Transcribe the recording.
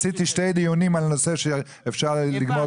עשיתי שני דיונים בנושא שאפשר היה לגמור